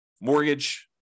mortgage